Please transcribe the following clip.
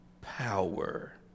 Power